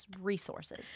resources